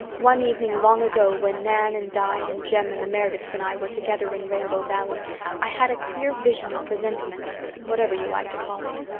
one evening long ago when nan and di and jem and the merediths and i were together in rainbow valley i had a queer vision or presentiment whatever you like to call it.